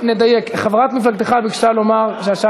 מציג את הצעת החוק שר הבינוי והשיכון חבר הכנסת יואב גלנט.